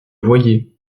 voyez